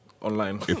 online